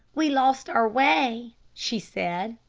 we lost our way, she said.